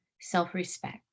self-respect